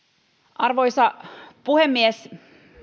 arvoisa puhemies